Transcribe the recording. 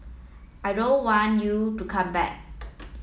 I don't want you to come back